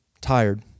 Tired